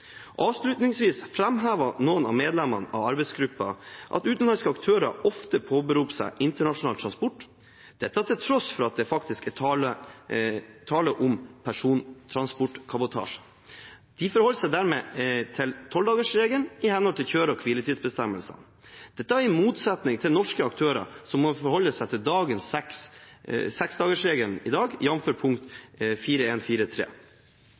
Avslutningsvis fremhevet noen av medlemmene av arbeidsgruppen at utenlandske aktører ofte påberoper seg internasjonal transport til tross for at det faktisk er tale om persontransportkabotasje. De forholder seg dermed til 12-dagersregelen i henhold til kjøre- og hviletidsbestemmelsene, i motsetning til norske aktører som må forholde seg til 6-dagersregelen i dag, jf. punkt